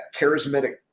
charismatic